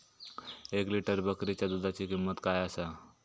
एक लिटर बकरीच्या दुधाची किंमत काय आसा?